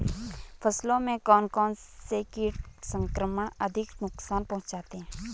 फसलों में कौन कौन से कीट संक्रमण अधिक नुकसान पहुंचाते हैं?